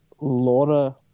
Laura